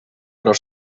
però